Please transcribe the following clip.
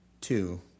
two